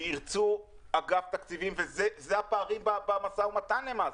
וירצו אגף תקציבים אלה הפערים במשא ומתן למעשה.